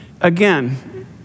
again